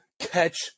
Catch